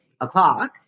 o'clock